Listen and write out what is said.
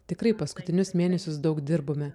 tikrai paskutinius mėnesius daug dirbome